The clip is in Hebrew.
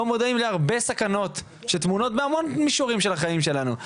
לא מודעים להרבה סכנות שטמונות בהמון מישורים בחיים שלנו,